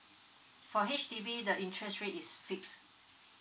for H_D_B the interest rate is fixed